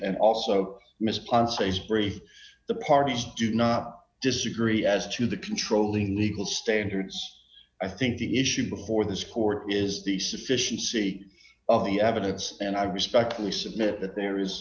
and also miss ponces brief the parties do not disagree as to the controlling legal standards i think the issue before this court is the sufficiency of the evidence and i respectfully submit that there is